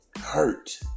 hurt